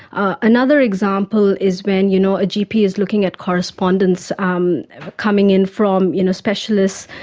ah another example is when you know a gp is looking at correspondence um coming in from you know specialists,